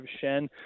Shen